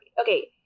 Okay